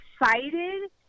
excited